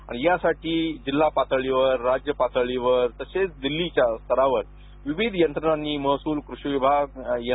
आणि यासाठी राज्य पातळीवरजिल्हा पातळीवरतसेच दिल्लीच्या स्तरावर विविध यंत्रणांनी महसूलकृषी विभागएन